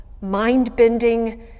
mind-bending